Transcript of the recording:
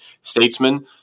statesman